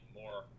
more